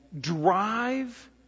drive